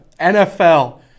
NFL